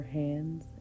hands